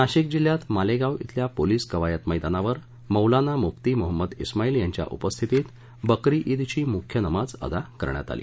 नाशिक जिल्ह्यात मालेगाव खिल्या पोलीस कवायत मैदानावर मोलाना मुफ्ती मो ञिमाईल यांच्या उपस्थितीत बकरी ईद ची मुख्य नमाज अदा करण्यात आली